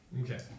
Okay